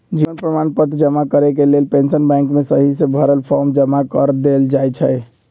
जीवन प्रमाण पत्र जमा करेके लेल पेंशन बैंक में सहिसे भरल फॉर्म जमा कऽ देल जाइ छइ